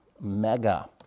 mega